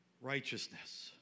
righteousness